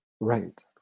Right